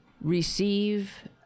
receive